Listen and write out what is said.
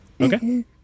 Okay